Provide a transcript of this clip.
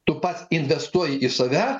tu pats investuoji į save